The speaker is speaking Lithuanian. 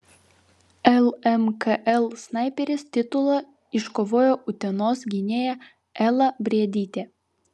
lmkl snaiperės titulą iškovojo utenos gynėja ela briedytė